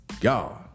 God